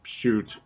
shoot